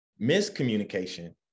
miscommunication